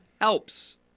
helps